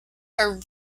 are